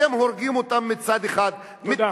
אתם הורגים אותם מצד אחד, תודה.